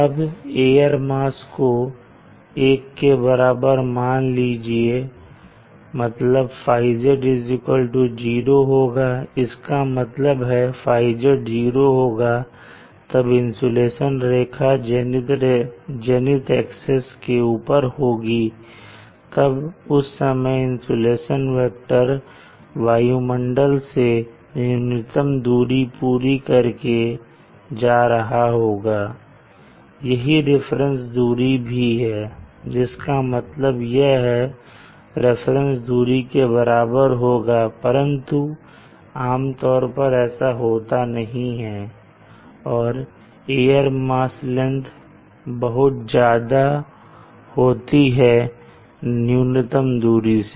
अब air mass को 1 के बराबर मान लीजिए मतलब θz 0 होगा इसका मतलब जब θz जीरो होगा तब इंसुलेशन रेखा जेनिथ एक्सेस के ऊपर होगी तब उस समय इंसुलेशन वेक्टर वायुमंडल से न्यूनतम दूरी पूरी करके जा रहा होगा और यही रेफरेंस दूरी भी है जिसका मतलब यह रिफरेंस दूरी के बराबर होगा परंतु आमतौर पर ऐसा होता नहीं है और एयर मास लेंगथ बहुत ज्यादा होती है न्यूनतम दूरी से